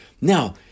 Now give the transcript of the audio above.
Now